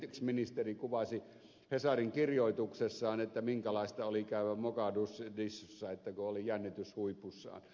ex ministeri kuvasi hesarin kirjoituksessaan minkälaista oli käydä mogadishussa kun oli jännitys huipussaan